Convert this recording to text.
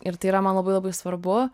ir tai yra man labai labai svarbu